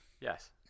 Yes